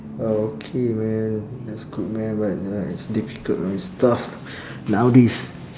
okay man that's good man but ya it's difficult know it's tough nowadays